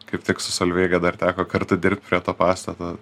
kaip tik su solveiga dar teko kartu dirbt prie to pastato